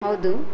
ಹೌದು